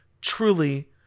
truly